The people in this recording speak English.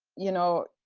you know,